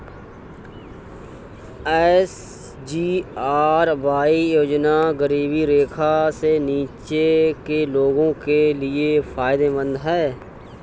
SGRY योजना गरीबी रेखा से नीचे के लोगों के लिए फायदेमंद है